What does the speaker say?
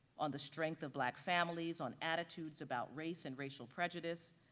on the strength of black families on attitudes about race and racial prejudice,